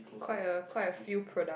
quite a quite a few product